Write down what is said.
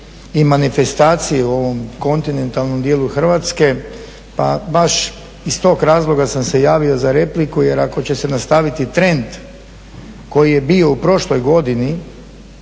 i manifestacije u ovom kontinentalnom dijelu Hrvatske, pa baš sam se iz tog razloga sam se javio za repliku jer ako će se nastaviti trend koji je bio u prošloj godini,